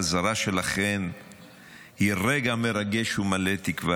החזרה שלכן היא רגע מרגש ומלא תקווה,